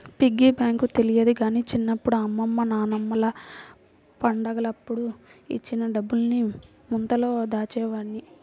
piggy bank తెలియదు గానీ చిన్నప్పుడు అమ్మమ్మ నాన్నమ్మలు పండగలప్పుడు ఇచ్చిన డబ్బుల్ని ముంతలో దాచేవాడ్ని